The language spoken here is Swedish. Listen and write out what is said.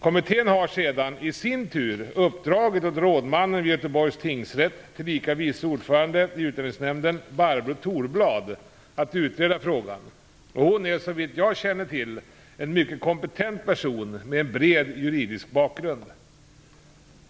Kommittén har sedan i sin tur uppdragit åt rådmannen vid Göteborgs tingsrätt, tillika vice ordföranden i Utlänningsnämnden, Barbro Thorblad att utreda frågan. Hon är såvitt jag känner till en mycket kompetent person med bred juridisk bakgrund.